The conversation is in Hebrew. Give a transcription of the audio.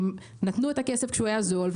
הם נתנו את הכסף כשהוא היה זול,